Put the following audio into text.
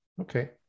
Okay